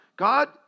God